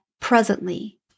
presently